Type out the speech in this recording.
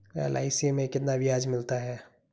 LIC में कितना ब्याज मिलता है?